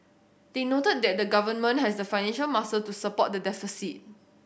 they noted that the Government has the financial muscle to support the deficit